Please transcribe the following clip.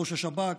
ראש השב"כ,